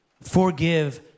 forgive